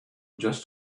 just